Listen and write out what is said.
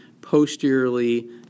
posteriorly